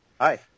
Hi